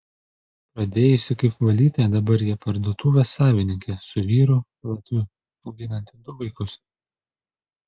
pradėjusi kaip valytoja dabar ji parduotuvės savininkė su vyru latviu auginanti du vaikus